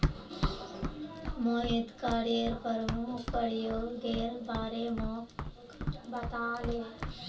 Mohit coir प्रमुख प्रयोगेर बारे मोक बताले